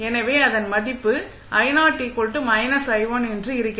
எனவே அதன் மதிப்பு என்று இருக்கிறது